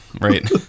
right